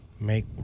Make